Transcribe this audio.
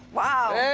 wow.